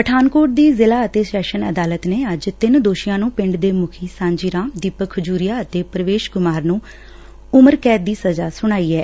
ਪਠਾਨਕੋਟ ਦੀ ਜ਼ਿਲ੍ਹਾ ਅਤੇ ਸੈਸ਼ਨ ਅਦਾਲਤ ਨੇ ਅੱਜ ਤਿੰਨ ਦੋਸ਼ੀਆਂ ਪਿੰਡ ਦੇ ਮੁੱਖੀ ਸਾਂਝੀ ਰਾਮ ਦੀਪਕ ਖਜੂਰੀਆ ਅਤੇ ਪ੍ਰਵੇਸ਼ ਕੁਮਾਰ ਨੂੰ ਉਮਰਕੈਦ ਦੀ ਸਜ਼ਾ ਸੁਣਾਈ ਐ